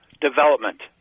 development